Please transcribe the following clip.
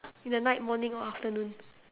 in the night morning or afternoon